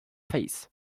face